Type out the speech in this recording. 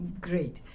Great